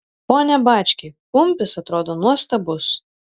pone bački kumpis atrodo nuostabus